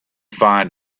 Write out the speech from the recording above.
find